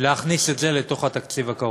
להכניס את זה לתוך התקציב הקרוב.